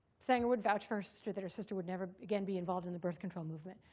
sanger would vouch for her sister, that her sister would never again be involved in the birth control movement.